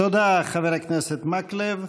תודה, חבר הכנסת מקלב.